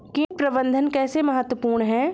कीट प्रबंधन कैसे महत्वपूर्ण है?